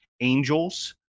angels